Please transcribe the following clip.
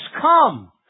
come